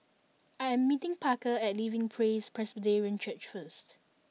I am meeting Parker at Living Praise Presbyterian Church first